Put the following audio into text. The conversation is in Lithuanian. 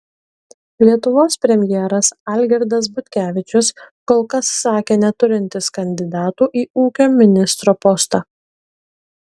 lietuvos premjeras algirdas butkevičius kol kas sakė neturintis kandidatų į ūkio ministro postą